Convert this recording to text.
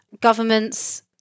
governments